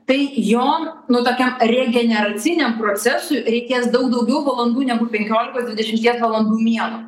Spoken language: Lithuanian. tai jo nu tokiam regeneraciniam procesui reikės daug daugiau valandų negu penkiolikos dvidešimties valandų miego